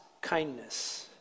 kindness